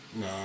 No